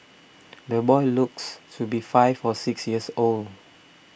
the boy looks to be five or six years old